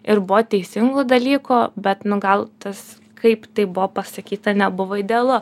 ir buvo teisingų dalykų bet nu gal tas kaip tai buvo pasakyta nebuvo idealu